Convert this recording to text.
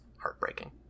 heartbreaking